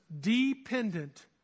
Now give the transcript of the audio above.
dependent